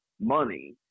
money